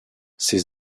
ses